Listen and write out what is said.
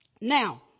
now